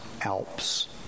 Alps